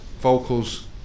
vocals